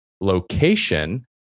location